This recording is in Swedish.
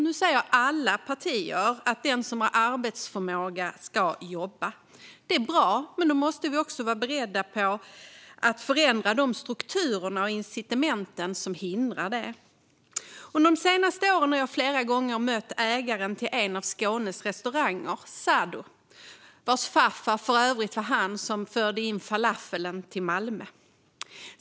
Nu säger alla riksdagens partier att den som har arbetsförmåga ska jobba. Det är bra, men då måste vi vara beredda att förändra de strukturer och incitament som hindrar detta. Under de senaste åren har jag flera gånger mött Sadoo, som är ägare till en av Skånes restauranger och vars farfar för övrigt förde in falafeln till Malmö.